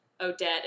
Odette